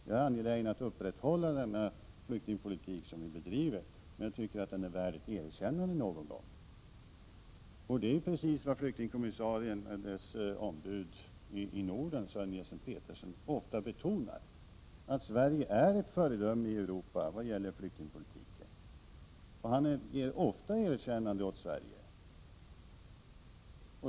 Jag är angelägen om att upprätthålla den flyktingpolitik som vi bedriver, men jag tycker att den någon gång är värd ett erkännande. Det är precis vad flyktingkommissariens ombud i Norden Sören Jessen-Pedersen ofta betonar, nämligen att Sverige är ett föredöme i Europa i vad gäller flyktingpolitiken. Han ger ofta erkännanden åt Sverige.